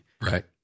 Right